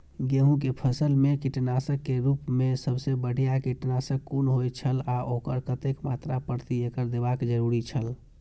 गेहूं के फसल मेय कीटनाशक के रुप मेय सबसे बढ़िया कीटनाशक कुन होए छल आ ओकर कतेक मात्रा प्रति एकड़ देबाक जरुरी छल?